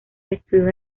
estudios